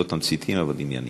לא תמציתיים, אבל ענייניים.